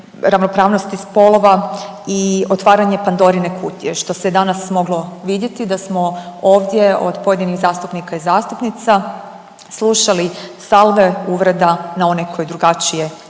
ravnopravnosti spolova i otvaranje Pandorine kutije što se danas moglo vidjeti da smo ovdje od pojedinih zastupnika i zastupnica slušali salve uvreda na one koji drugačije misle